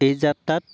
এই যাত্ৰাত